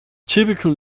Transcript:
typical